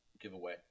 giveaway